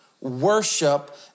worship